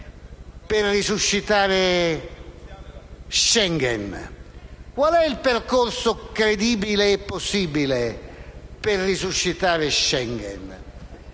per resuscitare Schengen. Qual è il percorso credibile e possibile per risuscitare Schengen?